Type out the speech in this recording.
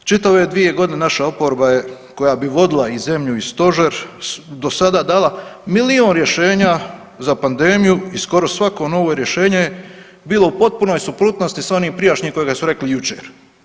Čitave ove dvije godine naša oporba koja bi vodila i zemlju i Stožer do sada dala milijun rješenja za pandemiju i skoro svako novo rješenje je bilo u potpunoj suprotnosti sa onim prijašnjim kojega su rekli jučer.